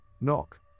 knock